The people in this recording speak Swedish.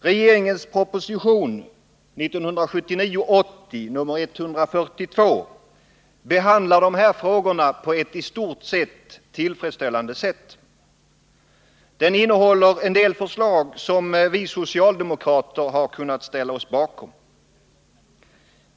Regeringens proposition 1979/80:142 behandlar de här frågorna på ett i stort sett tillfredsställande sätt. Den innehåller en del förslag som vi socialdemokrater har kunnat ställa oss bakom.